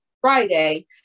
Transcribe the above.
Friday